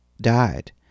died